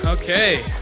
okay